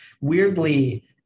Weirdly